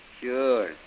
Sure